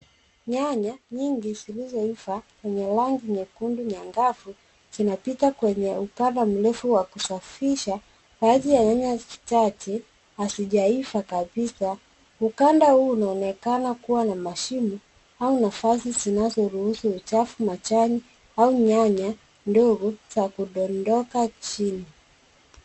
Nyanya nyingi zilizoiva zenye rangi nyekundu angavu zimepita kwenye ukanda mrefu wa kuzisafisha. Baadhi ya nyanya chache hazijaivia kabisa. Ukando huu unaonekana kuwa na mashine au nafasi zinazo ruhusu uchafu na majani au nyanya ndogo za kundondoka chini.